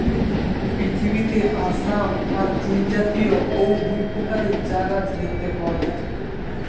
পৃথিবীতে আসাম আর চীনজাতীয় অউ দুই প্রকারের চা গাছ দেখতে পাওয়া যায়